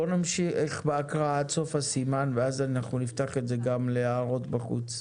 בואו נמשיך בהקראה עד סוף הסימן ואז אנחנו נפתח את זה גם להערות בחוץ.